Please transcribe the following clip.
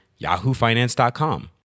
yahoofinance.com